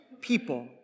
people